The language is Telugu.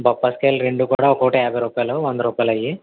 బొప్పాసి కాయలు రెండూ కూడా ఒక్కోటి యాభై రూపాయలు వంద రూపాయలు అవి